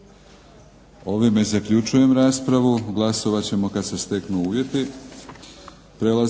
Ovime zaključujem raspravu. Glasovat ćemo kad se steknu uvjeti.